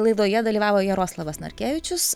laidoje dalyvavo jaroslavas narkevičius